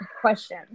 question